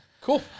Cool